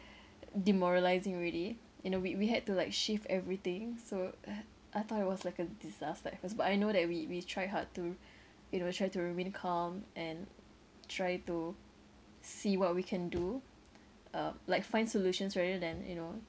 demoralising already you know we we had to like shift everything so uh I thought it was like a disaster at first but I know that we we try hard to you know try to remain calm and try to see what we can do uh like find solutions rather than you know